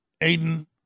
Aiden